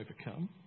overcome